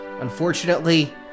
Unfortunately